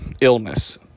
illness